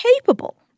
capable